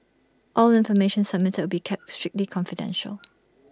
all information submitted will be kept strictly confidential